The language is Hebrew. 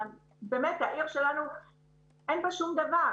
בעיר שלנו אין שום דבר,